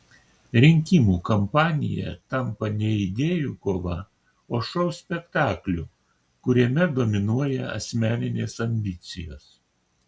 rinkimų kampanija tampa ne idėjų kova o šou spektakliu kuriame dominuoja asmeninės ambicijos